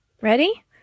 ready